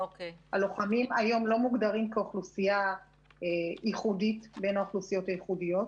הלוחמים לא מוגדרים כיום כאוכלוסייה ייחודית בין האוכלוסיות הייחודיות.